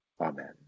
Amen